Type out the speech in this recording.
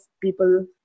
people